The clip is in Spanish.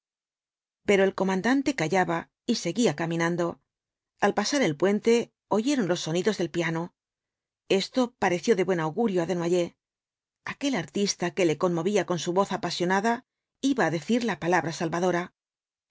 pero el comandante callaba y seguía caminando al pasar el puente oyeron los sonidos del piano esto pareció de buen augurio á d isnoyers aquel artista que le conmovía con su voz apasionada iba á decir la palabra salvadora